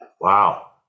wow